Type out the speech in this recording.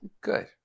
Good